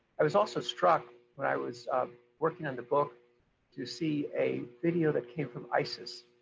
i was also struck when i was working on the book to see a video that came from isis.